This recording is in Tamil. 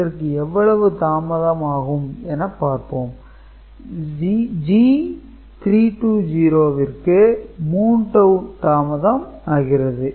இதற்கு எவ்வளவு தாமதம் ஆகும் என பார்ப்போம் G3 0 ற்கு 3 டவூ தாமதம் ஆகிறது